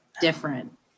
different